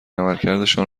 عملکردشان